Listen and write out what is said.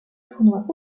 tournois